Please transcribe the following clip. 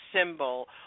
symbol